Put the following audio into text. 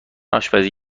آشپزی